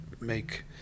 make